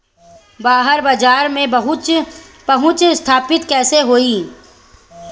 बाहर बाजार में पहुंच स्थापित कैसे होई?